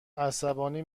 عصبانی